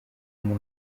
uyu